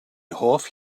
hoff